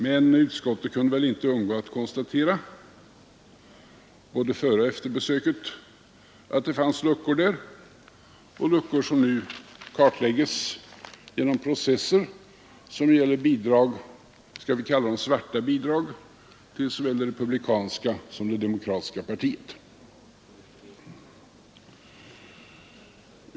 Men utskottet kunde inte undgå att konstatera både före och efter besöket att det fanns luckor där — luckor som nu kartläggs genom processer som gäller bidrag, skall vi kalla dem svarta bidrag, till såväl det republikanska som det demokratiska partiet.